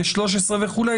13 וכולי,